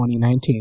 2019